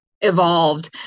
evolved